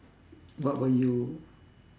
what will you